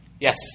Yes